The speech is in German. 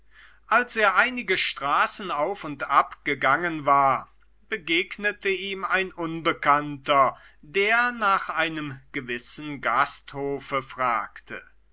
als er einige straßen auf und ab gegangen war begegnete ihm ein unbekannter der nach einem gewissen gasthofe fragte